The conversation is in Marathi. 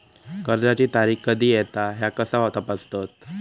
कर्जाची तारीख कधी येता ह्या कसा तपासतत?